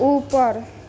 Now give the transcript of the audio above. ऊपर